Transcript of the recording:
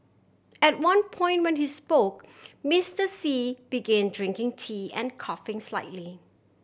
at one point when he spoke Mister Xi begin drinking tea and coughing slightly